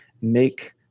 make